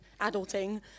adulting